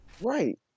Right